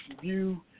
View